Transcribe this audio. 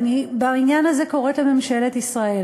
ואני בעניין הזה קוראת לממשלת ישראל,